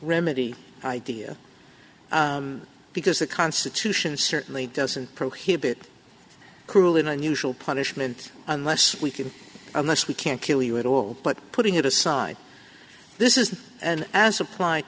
remedy idea because the constitution certainly doesn't prohibit cruel and unusual punishment unless we can unless we can kill you at all but putting it aside this is and as suppl